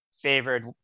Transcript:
favored